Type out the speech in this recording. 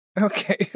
okay